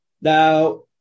Now